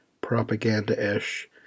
propaganda-ish